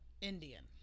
indian